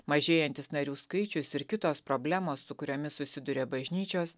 mažėjantis narių skaičius ir kitos problemos su kuriomis susiduria bažnyčios